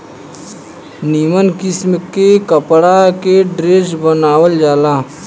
निमन किस्म के कपड़ा के ड्रेस बनावल जाला